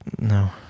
no